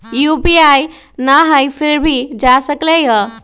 UPI न हई फिर भी जा सकलई ह?